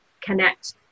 connect